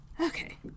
Okay